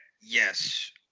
yes